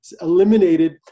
Eliminated